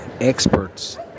experts